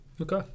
Okay